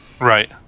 Right